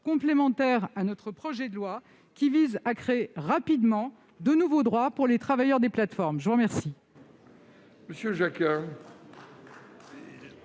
complémentaire à notre projet de loi, qui vise à créer rapidement de nouveaux droits pour les travailleurs des plateformes. La parole